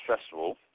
Festival